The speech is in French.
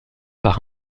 par